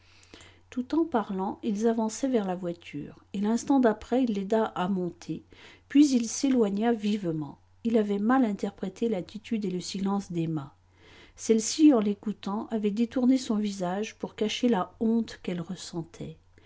tout en parlant ils avançaient vers la voiture et l'instant d'après il l'aida à monter puis il s'éloigna vivement il avait mal interprété l'attitude et le silence d'emma celle-ci en l'écoutant avait détourné son visage pour cacher la honte qu'elle ressentait